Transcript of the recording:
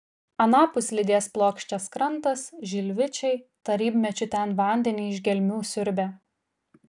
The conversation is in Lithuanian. anapus lydės plokščias krantas žilvičiai tarybmečiu ten vandenį iš gelmių siurbė